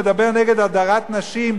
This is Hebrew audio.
מדבר נגד הדרת נשים,